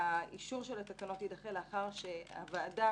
שהאישור של התקנות יידחה לאחר שהוועדה